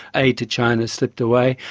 aid to china slipped away.